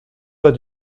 pas